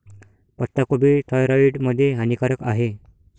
पत्ताकोबी थायरॉईड मध्ये हानिकारक आहे